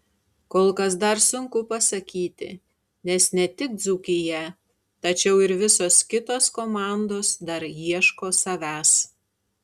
kol kas dar sunku pasakyti nes ne tik dzūkija tačiau ir visos kitos komandos dar ieško savęs